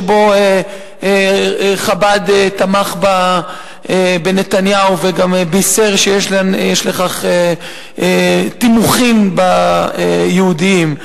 שבו חב"ד תמכה בנתניהו וגם בישרה שיש לכך תימוכין יהודיים.